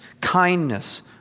kindness